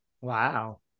Wow